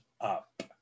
up